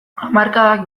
hamarkadak